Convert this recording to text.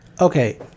Okay